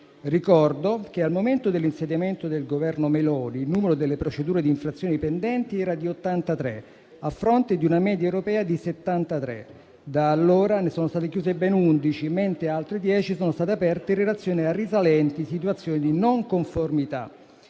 Ricordo che al momento dell'insediamento del Governo Meloni il numero delle procedure di infrazioni pendenti era di 83, a fronte di una media europea di 73. Da allora ne sono state chiuse ben 11, mentre altre 10 sono state aperte in relazione a risalenti situazioni di non conformità.